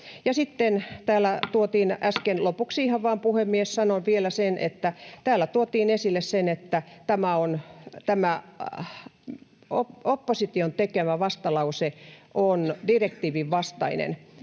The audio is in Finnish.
esille se, että tämä opposition tekemä vastalause on direktiivin vastainen,